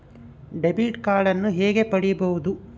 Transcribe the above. Debit ಕಾರ್ಡನ್ನು ಹೇಗೆ ಪಡಿಬೋದು?